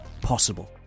possible